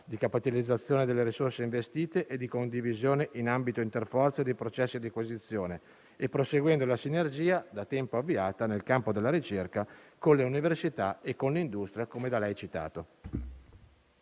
di capitalizzazione delle risorse investite e di condivisione in ambito interforze dei processi di acquisizione, e proseguendo la sinergia, da tempo avviata, nel campo della ricerca con le università e con l'industria, come da lei citato.